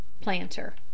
planter